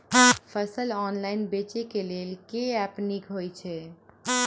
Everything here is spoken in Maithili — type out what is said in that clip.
फसल ऑनलाइन बेचै केँ लेल केँ ऐप नीक होइ छै?